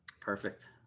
Perfect